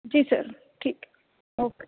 ਜੀ ਸਰ ਠੀਕ ਹੈ ਓਕੇ